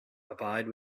abide